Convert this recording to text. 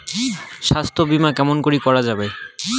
স্বাস্থ্য বিমা কেমন করি করা যাবে?